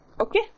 Okay